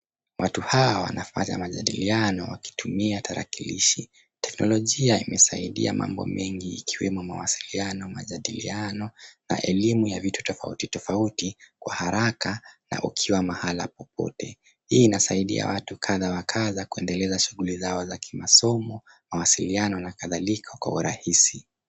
Watu hawa wnanafanya majadiliano wakitumia tarakalishi. Teknolojia imesaidia mambo mengi ikiwemo mawasiliano, majadiliano na elimu ya vitu tofautitofauti kwa haraka na ukiwa mahala popote. Hii inasaidia watu kadha wa kadha kuendeleza shughuli zao za kimasomo, mawasiliano na kadhalika kwa urahisi.